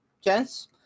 gents